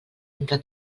entre